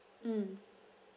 mm